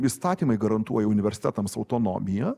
įstatymai garantuoja universitetams autonomiją